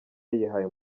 yayihaye